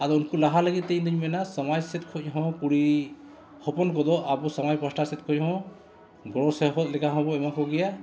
ᱟᱫᱚ ᱩᱱᱠᱩ ᱞᱟᱦᱟ ᱞᱟᱹᱜᱤᱫ ᱛᱮ ᱤᱧ ᱫᱩᱧ ᱢᱮᱱᱟ ᱥᱚᱢᱟᱡᱽ ᱥᱮᱫ ᱠᱷᱚᱱ ᱦᱚᱸ ᱠᱩᱲᱤ ᱦᱚᱯᱚᱱ ᱠᱚᱫᱚ ᱟᱵᱚ ᱥᱚᱢᱟᱡᱽ ᱯᱟᱥᱴᱟ ᱥᱮᱫ ᱠᱷᱚᱱ ᱦᱚᱸ ᱜᱚᱲᱚ ᱥᱮᱯᱚᱦᱚᱫ ᱞᱮᱠᱟ ᱦᱚᱸᱵᱚᱱ ᱮᱢᱟ ᱠᱚᱜᱮᱭᱟ